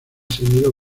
seguido